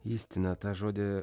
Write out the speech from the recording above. ystina tą žodį